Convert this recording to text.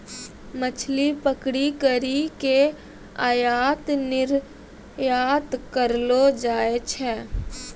मछली पकड़ी करी के आयात निरयात करलो जाय छै